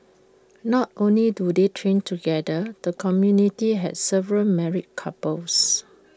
not only do they train together the community has several married couples